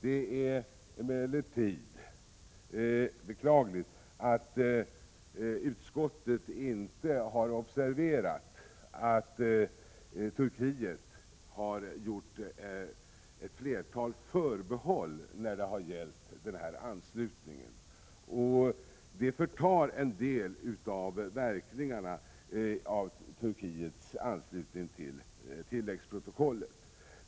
Det är emellertid beklagligt att utskottet inte har observerat att Turkiet har gjort ett flertal förbehåll när det gäller anslutningen, och dessa förbehåll förtar en del av verkningarna av Turkiets anslutning till tilläggsprotokollet.